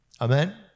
Amen